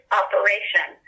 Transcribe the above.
operation